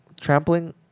trampling